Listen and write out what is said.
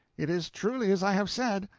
it is truly as i have said.